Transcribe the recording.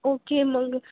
okay मग